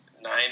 nine